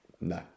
No